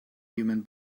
human